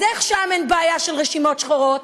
אז איך שם אין בעיה של רשימות שחורות?